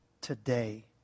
today